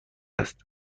اند